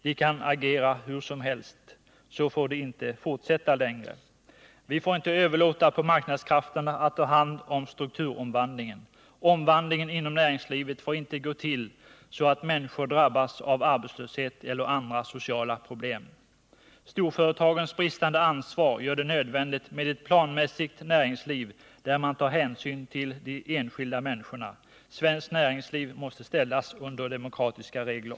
De kan agera hur som helst. Så får det inte fortsätta längre. Vi får inte överlåta åt marknadskrafterna att ta hand om strukturomvandlingen. Omvandlingen inom näringslivet får inte gå till så att människorna drabbas av arbetslöshet eller andra sociala problem. Storföretagens bristande ansvar gör det nödvändigt med ett planmässigt näringsliv, där man tar hänsyn till de enskilda människorna. Svenskt näringsliv måste ställas under demokratiska regler.